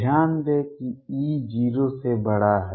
ध्यान दें कि E 0 से बड़ा है